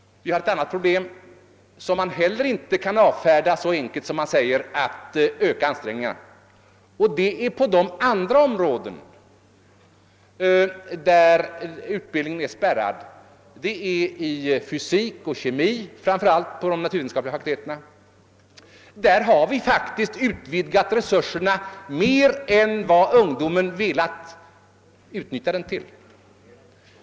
Ett annat problem som inte heller är så enkelt och som inte kan lösas genom ökade ansträngningar finns inom vissa andra områden där utbildningen är spärrad. Det gäller framför allt de naturvetenskapliga fakulteterna, t.ex. beträffande fysik och kemi. Därvidlag har vi faktiskt utvidgat resurserna mer än vad som motsvarat ungdomens önskningar.